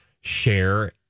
share